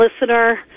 listener